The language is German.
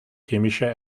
chemische